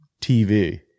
TV